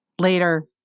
later